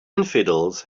infidels